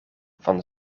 van